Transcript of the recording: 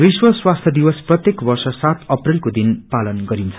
विश्व स्वास्थ्य दिवस प्रत्येक वर्ष सात अप्रेलको दिन पालन गरिन्छ